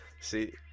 See